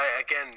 again